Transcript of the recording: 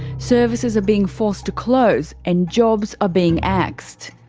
services are being forced to close, and jobs are being axed.